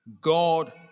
god